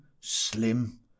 Slim